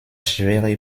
schwere